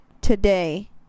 today